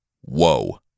Whoa